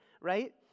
right